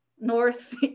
north